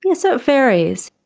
yeah so it varies.